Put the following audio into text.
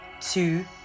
Two